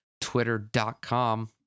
twitter.com